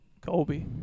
Kobe